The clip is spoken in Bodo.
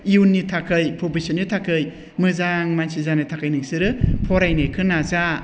इयुननि थाखाय भबिस्वतनि थाखाय मोजां मानसि जानो थाखाय नोंसोरो फरायनायखौ नाजा